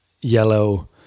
yellow